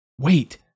Wait